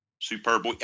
Superb